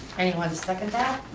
anyone second that?